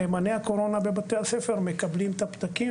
נאמני הקורונה בבתי הספר מקבלים את הפתקים